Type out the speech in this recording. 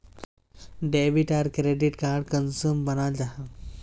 Debit आर credit card कुंसम बनाल जाहा?